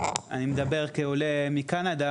אני מדבר כעולה מקנדה,